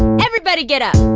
everybody get up